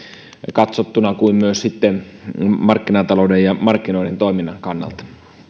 katsottuna kuin myös markkinatalouden ja markkinoiden toiminnan kannalta